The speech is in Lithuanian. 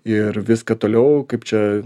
ir viską toliau kaip čia